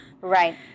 Right